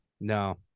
No